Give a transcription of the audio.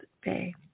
Bay